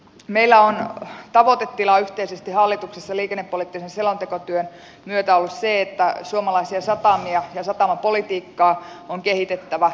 meillä on tavoitetila yhteisesti hallituksessa liikennepoliittisen selontekotyön myötä ollut se että suomalaisia satamia ja satamapolitiikkaa on kehitettävä